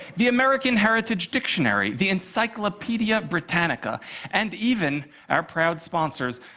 the american heritage dictionary, the encyclopedia britannica and even our proud sponsors,